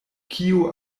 kio